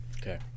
Okay